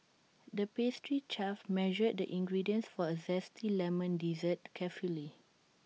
the pastry chef measured the ingredients for A Zesty Lemon Dessert carefully